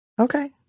Okay